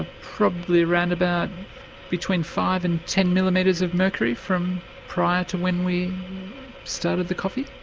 ah probably around about between five and ten millimetres of mercury from prior to when we started the coffee.